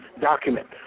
document